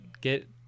get